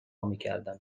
میکردم